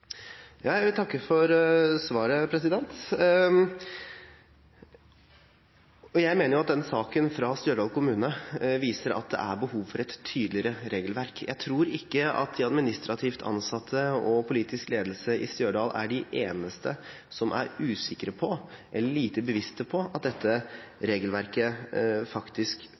Jeg vil takke for svaret. Jeg mener at den saken fra Stjørdal kommune viser at det er behov for et tydeligere regelverk. Jeg tror ikke at de administrativt ansatte og politisk ledelse i Stjørdal er de eneste som er usikre på, eller lite bevisste på, at dette regelverket faktisk